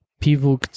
people